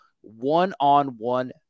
one-on-one